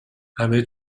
همه